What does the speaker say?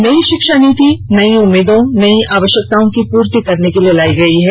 नई शिक्षा नीति नई उम्मीदों नई आवश्यकताओं की पूर्ति करने के लिए लायी गयी है